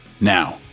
now